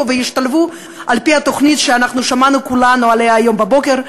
וישתלבו על-פי התוכנית שאנחנו כולנו שמענו עליה היום בבוקר,